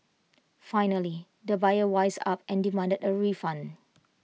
finally the buyer wised up and demanded A refund